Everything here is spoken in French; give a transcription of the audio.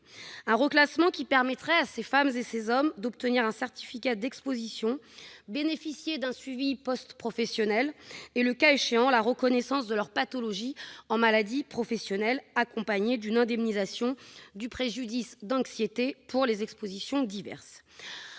Ce reclassement permettrait à ces femmes et à ces hommes d'obtenir un certificat d'exposition, de bénéficier d'un suivi post-professionnel et, le cas échéant, de voir reconnaître leurs pathologies comme des maladies professionnelles, accompagnées d'une indemnisation du préjudice d'anxiété pour les expositions diverses.